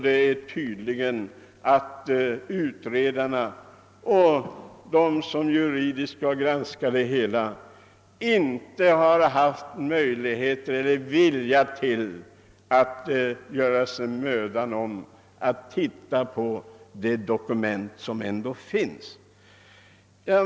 Det är uppenbart att utredarna och de som juridiskt skall granska det hela inte haft vare sig möjlighet eller ansett mödan värd att titta på de dokument som ändå finns.